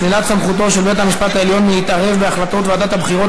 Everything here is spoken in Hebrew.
שלילת סמכותו של בית-המשפט העליון להתערב בהחלטות ועדת הבחירות